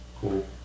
cool